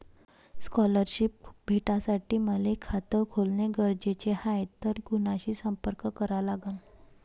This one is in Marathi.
स्कॉलरशिप भेटासाठी मले खात खोलने गरजेचे हाय तर कुणाशी संपर्क करा लागन?